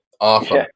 awesome